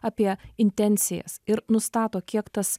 apie intencijas ir nustato kiek tas